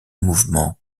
mouvement